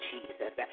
Jesus